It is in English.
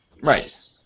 Right